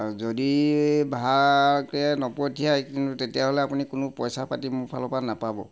যদি ভালকে নপঠিয়াই কিন্তু তেতিয়াহ'লে আপুনি কোনো পইচা পাতি মোৰ ফালৰ পৰা নাপাব